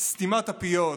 סתימת הפיות,